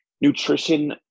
nutrition